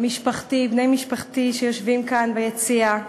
בני משפחתי שיושבים כאן ביציע,